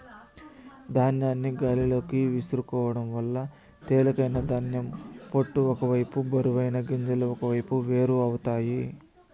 ధాన్యాన్ని గాలిలోకి విసురుకోవడం వల్ల తేలికైన ధాన్యం పొట్టు ఒక వైపు బరువైన గింజలు ఒకవైపు వేరు అవుతాయి